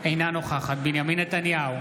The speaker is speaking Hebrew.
אינה נוכחת בנימין נתניהו,